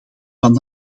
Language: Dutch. van